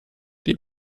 die